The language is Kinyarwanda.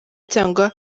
cyangwa